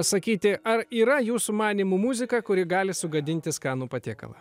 sakyti ar yra jūsų manymu muzika kuri gali sugadinti skanų patiekalą